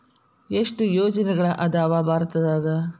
ಎಷ್ಟ್ ಯೋಜನೆಗಳ ಅದಾವ ಭಾರತದಾಗ?